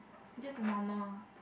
just normal